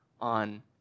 on